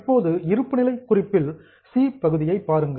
இப்போது இருப்புநிலை குறிப்பில் உள்ள சி பகுதியை பாருங்கள்